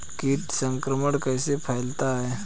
कीट संक्रमण कैसे फैलता है?